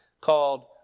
called